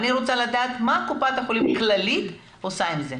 אני רוצה לדעת מה קופת חולים כללית עושה עם זה.